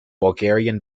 bulgarian